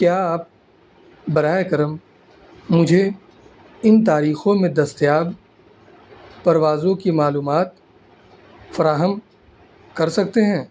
کیا آپ براہ کرم مجھے ان تاریخوں میں دستیاب پروازوں کی معلومات فراہم کر سکتے ہیں